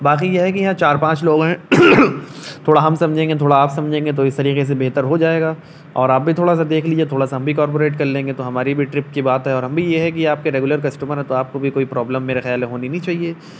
باقی یہ ہے کہ یہاں چار پانچ لوگ ہیں تھوڑا ہم سمجھیں گے تھوڑا آپ سمجھیں گے تو اس طریقے سے بہتر ہو جائے گا اور آپ بھی تھوڑا سا دیکھ لیجیے تھوڑا سا ہم بھی کارپوریٹ کر لیں گے تو ہماری بھی ٹرپ کی بات ہے اور ہم بھی یہ ہے کہ آپ کے ریگولر کسٹمر ہیں تو آپ کو بھی کوئی پرابلم میرے خیال ہے ہونی نہیں چاہیے